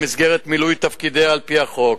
במסגרת מילוי תפקידיה על-פי החוק,